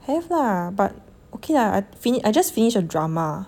have lah but okay lah I finish I just finish a drama